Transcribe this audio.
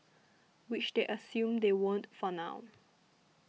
which they assume they won't for now